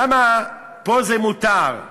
למה פה זה מותר?